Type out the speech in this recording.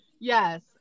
Yes